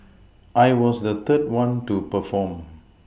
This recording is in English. I was the third one to perform